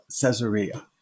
Caesarea